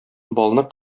балны